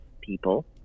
people